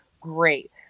Great